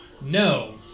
No